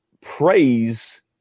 praise